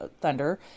Thunder